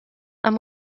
amb